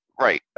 right